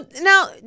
now